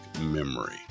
memory